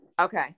Okay